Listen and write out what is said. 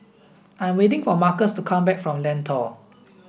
I'm waiting for Marcus to come back from Lentor